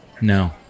No